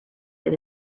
that